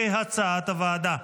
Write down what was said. כהצעת הוועדה.